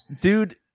dude